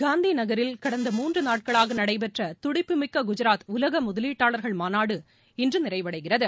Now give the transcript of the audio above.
காந்தி நகரில் கடந்த மூன்று நாட்களாக நடைபெற்ற துடிப்புமிக்க குஜராத் உலக முதலீட்டாளர்கள் மாநாடு இன்று நிறைவடைகிறது